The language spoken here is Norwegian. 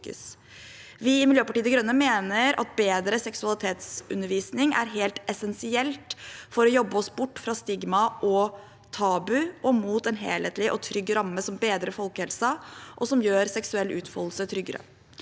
Vi i Miljøpartiet de Grønne mener at bedre seksualitetsundervisning er helt essensielt for å jobbe oss bort fra stigma og tabu og mot en helhetlig og trygg ramme som bedrer folkehelsen, og som gjør seksuell utfoldelse tryggere.